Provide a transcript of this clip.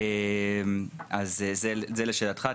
זה לשאלתך.